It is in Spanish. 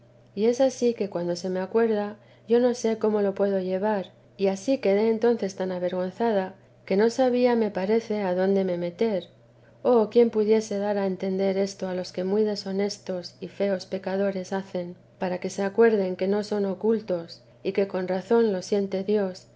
y es ansí que cuando se me acuerda yo no sé cómo lo puedo llevar y ansí quedé entonces tan avergonzada que no sabía me parece adonde me meter oh quién pudiese dará entender esto a los que muy deshonestos y feos pecados hacen para que se acuerden que no son ocultos y que con razón lo siente dios